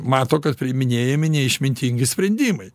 mato kad priiminėjami neišmintingi sprendimai